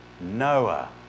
Noah